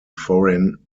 foreign